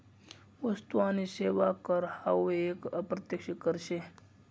वस्तु आणि सेवा कर हावू एक अप्रत्यक्ष कर शे